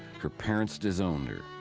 her parents disowned her.